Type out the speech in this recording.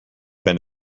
been